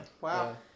Wow